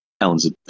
Ellen's